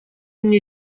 мне